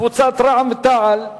קבוצת רע"ם-תע"ל,